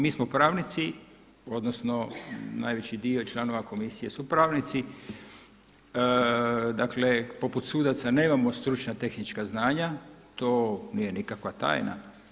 Mi smo pravnici odnosno najveći dio članova komisije su pravnici, dakle poput sudaca nemamo stručna tehnička znanja, to nije nikakva tajna.